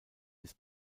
des